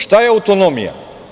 Šta je autonomija?